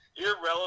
irrelevant